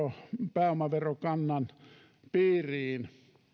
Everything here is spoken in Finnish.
pääomaverokannan piiriin